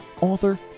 author